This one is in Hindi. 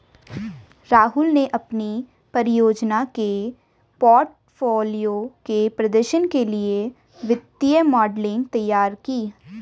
राहुल ने अपनी परियोजना के पोर्टफोलियो के प्रदर्शन के लिए वित्तीय मॉडलिंग तैयार की